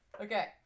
Okay